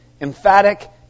emphatic